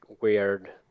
weird